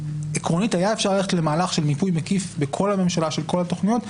עקרונית היה אפשר ללכת למהלך של מיפוי מקיף בכל הממשלה של כל התוכניות.